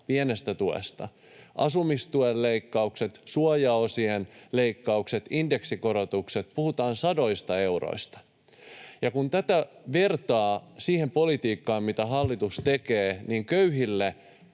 pienestä tuesta, ja tulevat asumistuen leikkaukset, suojaosien leikkaukset, indeksikorotukset, puhutaan sadoista euroista. Ja kun tätä vertaa siihen politiikkaan, mitä hallitus tekee, niin köyhille